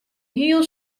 hiel